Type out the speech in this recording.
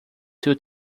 two